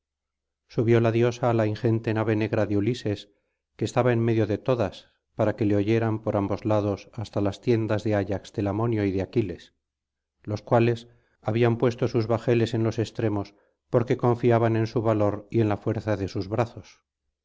subió la diosa á la ingente nave negra de ulises que estaba en medio de todas para que le oyeran por ambos lados hasta las tiendas de ayax telamonio y de aquilas los cuales habían puesto sus bajeles en los extremos porque confiaban en su valor y en la fuerza de sus brazos